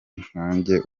nkanjye